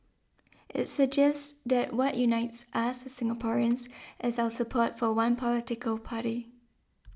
it suggests that what unites us Singaporeans is our support for one political party